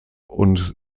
und